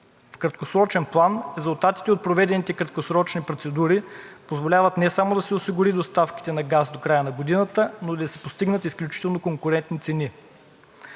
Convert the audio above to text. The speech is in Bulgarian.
В краткосрочен план резултатите от проведените краткосрочни процедури позволяват не само да се осигурят доставките на газ до края на годината, но и да се постигнат изключително конкурентни цени.